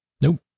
Nope